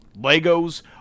Legos